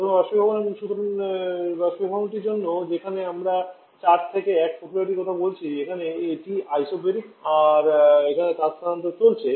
প্রথমে বাষ্পীভবন সুতরাং বাষ্পীভবনটির জন্য যেখানে আমরা 4 থেকে 1 প্রক্রিয়াটির কথা বলছি এখানে এটি আইসোবারিক এবং সেখানে তাপ স্থানান্তর চলছে